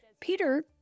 Peter